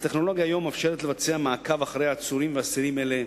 הטכנולוגיה היום מאפשרת לבצע מעקב אחרי עצורים ואסירים אלה,